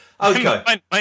Okay